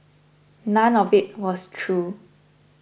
none of it was true